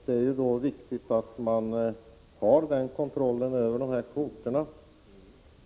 Det är då viktigt att vi har kontroll över kvoterna.